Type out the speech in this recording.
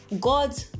god